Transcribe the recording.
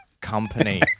company